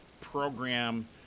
program